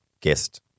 guest